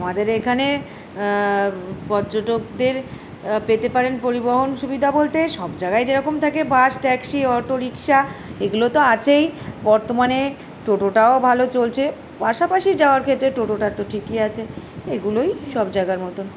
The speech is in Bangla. আমাদের এখানে পর্যটকদের পেতে পারেন পরিবহন সুবিধা বলতে সব জায়গায় যেরকম থাকে বাস ট্যাক্সি অটোরিক্শা এগুলো তো আছেই বর্তমানে টোটোটাও ভালো চলছে পাশাপাশি যাওয়ার ক্ষেত্রে টোটোটা তো ঠিকই আছে এগুলোই সব জায়গার মতন